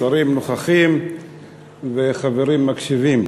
שרים נוכחים וחברים מקשיבים,